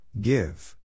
Give